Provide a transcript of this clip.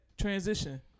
transition